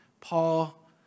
Paul